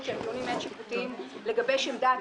שאנחנו בתחילת